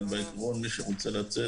אבל כל מי שרוצה לצאת,